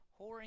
whoring